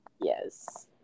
Yes